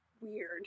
weird